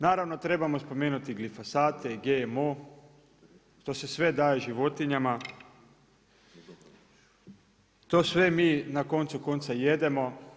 Naravno trebamo spomenuti i glifosate i GMO, to se sve daje životinjama, to sve mi na koncu konca jedemo.